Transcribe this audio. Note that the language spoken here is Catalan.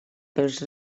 pels